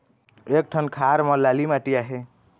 एक ठन खार म लाली माटी आहे?